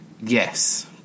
Yes